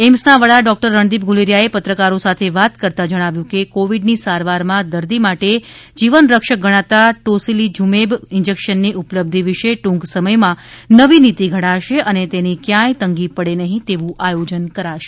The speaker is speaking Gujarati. એઈમ્સ ના વડા ડોક્ટર રણદીપ ગુલેરિયા એ પત્રકારો સાથે વાત કરતાં જણાવ્યુ છે કે કોવિડ ની સારવાર માં દર્દી માટે જીવન રક્ષક ગણાતા ટોસીલીઝૂમેબ ઈંજેકશન ની ઉપલબ્ધિ વિષે ટૂંક સમય માં નવી નીતિ ઘડશે અને તેની ક્યાય તંગી પડે નહીં તેવું આયોજન કરશે